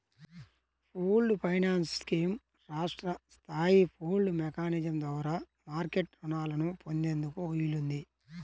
pooled finance scheme రాష్ట్ర స్థాయి pooled mechanism ద్వారా మార్కెట్ రుణాలను పొందేందుకు వీలుంది